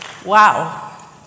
Wow